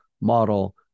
model